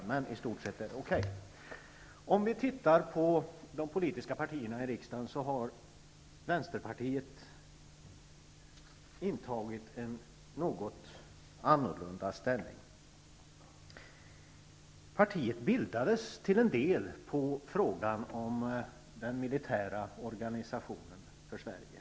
Om vi studerar de i riksdagen olika politiska partiernas ståndpunkt i denna fråga, finner vi att Vänsterpartiet har intagit en något annorlunda ställning. Vänsterpartiet bildades till en del med anledning av frågan om den militära organisationen för Sverige.